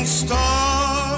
star